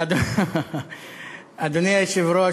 אדוני היושב-ראש,